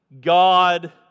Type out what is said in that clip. God